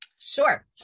Sure